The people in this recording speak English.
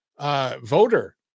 voter